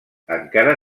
encara